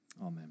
Amen